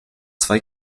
zwei